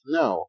no